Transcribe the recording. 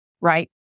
right